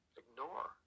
ignore